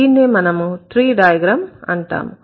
దీన్నే మనం tree diagram అంటాము